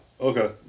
Okay